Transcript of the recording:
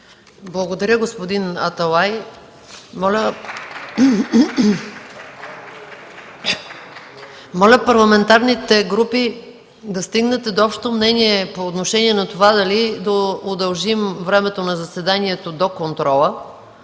Благодаря, господин Аталай. Моля парламентарните групи да стигнете до общо мнение по отношение на това дали да удължим времето на заседанието до контрола,